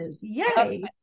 Yay